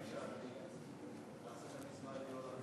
התשע"ד 2014, נתקבל.